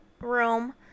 room